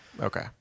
Okay